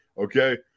Okay